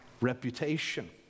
reputation